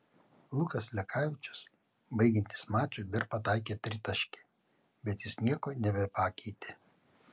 lukas lekavičius baigiantis mačui dar pataikė tritaškį bet jis nieko nebepakeitė